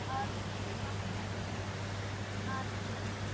اور کچھ